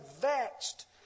vexed